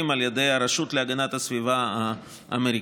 על ידי הרשות להגנת הסביבה האמריקאית.